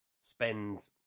spend